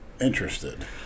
interested